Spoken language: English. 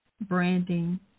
branding